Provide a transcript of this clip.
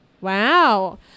Wow